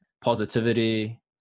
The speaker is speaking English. positivity